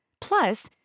Plus